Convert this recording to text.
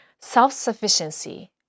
self-sufficiency